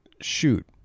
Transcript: shoot